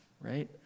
right